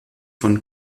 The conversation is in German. von